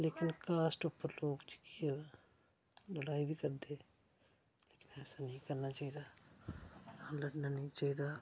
लेकिन कास्ट उप्पर लोक जेह्के ऐं लड़ाई बी करदे लेकिन ऐसा नेईं करना चाहिदा लड़नां नेईं चाहिदा